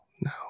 no